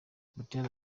butera